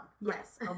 Yes